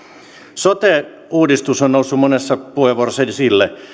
sote uudistus on noussut monessa puheenvuorossa esille